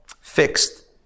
fixed